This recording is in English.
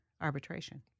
arbitration